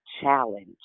challenge